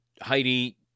Heidi